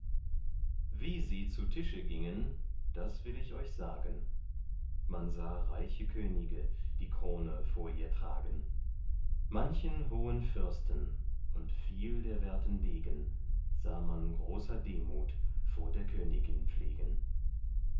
wie sie zu tische gingen das will ich euch sagen man sah reiche könige die krone vor ihr tragen manchen hohen fürsten und viel der werten degen sah man großer demut vor der königin pflegen